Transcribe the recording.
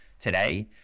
today